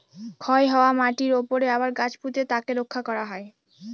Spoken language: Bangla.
ক্ষয় হওয়া মাটিরর উপরে আবার গাছ পুঁতে তাকে রক্ষা করা হয়